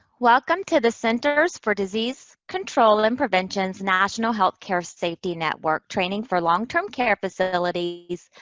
welcome to the centers for disease control and prevention's national healthcare safety network training for long-term care facilities